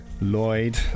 Lloyd